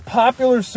popular